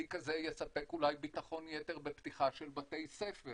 כלי כזה יספק אולי ביטחון יתר בפתיחה של בתי ספר